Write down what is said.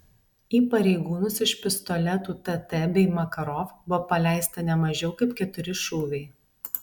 į pareigūnus iš pistoletų tt bei makarov buvo paleista ne mažiau kaip keturi šūviai